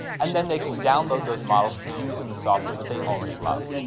and then they can download those models to use in the software that they already love.